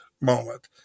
moment